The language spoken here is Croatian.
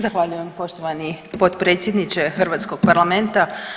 Zahvaljujem vam poštovani potpredsjedniče hrvatskog parlamenta.